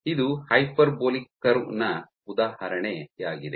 ಇದು ಹೈಪರ್ಬೋಲಿಕ್ ಕರ್ವ್ನ ಉದಾಹರಣೆಯಾಗಿದೆ